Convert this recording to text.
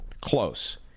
close